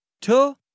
two